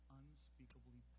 unspeakably